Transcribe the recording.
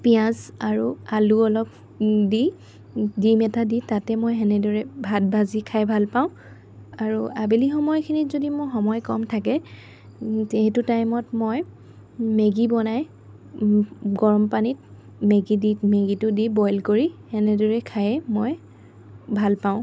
পিয়াঁজ আৰু আলু অলপ দি ডিম এটা দি তাতে মই সেনেদৰে ভাত ভাজি খাই ভাল পাওঁ আৰু আবেলি সময়খিনিত যদি মই সময় কম থাকে সেইটো টাইমত মই মেগী বনাই গৰম পানীত মেগী দি মেগীটো দি বইল কৰি সেনেদৰে খাই মই ভাল পাওঁ